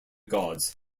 gods